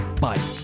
Bye